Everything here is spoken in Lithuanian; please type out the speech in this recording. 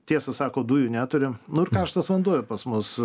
tiesa sako dujų neturim nu ir karštas vanduo pas mus